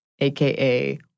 Aka